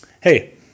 Hey